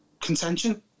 contention